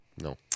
No